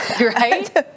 right